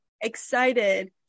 excited